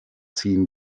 ziehen